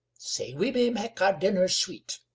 sae we may mak' our dinner sweet.